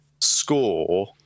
score